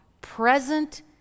present